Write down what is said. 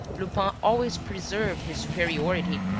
lupin always preserved his superiority,